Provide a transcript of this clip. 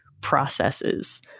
processes